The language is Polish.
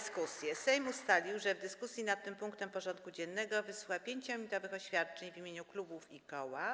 Sejm ustalił, że w dyskusji nad tym punktem porządku dziennego wysłucha 5-minutowych oświadczeń w imieniu klubów i koła.